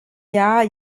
jahr